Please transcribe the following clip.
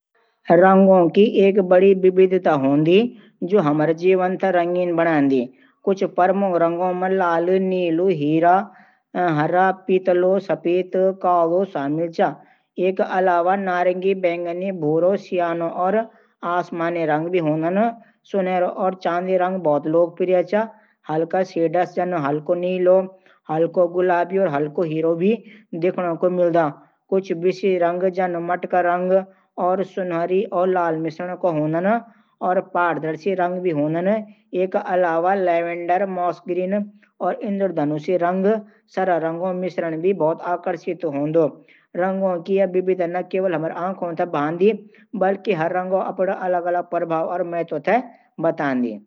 रंगों की एक बड़ी विविधता होती है, जो हमारे जीवन को रंगीन बनाती है। कुछ प्रमुख रंगों में लाल, नीलो, हिरो, पीतलो, सफेद, और कालो शामिल हैं। इसके अलावा नारिंगी, बैंगणी, भूरो, सियानो, और आसमानी जैसे रंग भी होते हैं। सुनहरो और चांदी रंग भी बहुत लोकप्रिय हैं। हल्के शेड्स जैसे हल्को नीलो, हल्को गुलाबी, और हल्को हिरो भी देखने को मिलते हैं। कुछ विशेष रंग जैसे मटका रंग, जो सुनहरी और लाल का मिश्रण होता है, और पारदर्शी रंग भी होते हैं। इसके अलावा, लैवेंडर, मॉस ग्रीन और इंद्रधनुषी रंग (सारे रंगों का मिश्रण) भी बहुत आकर्षक होते हैं। रंगों की यह विविधता न केवल हमारी आँखों को भाती है, बल्कि हर रंग का अपना अलग प्रभाव और महत्व होता है।